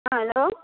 हँ हेलो